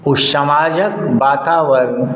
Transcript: ओ समाजक वातावरण